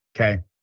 okay